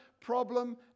problem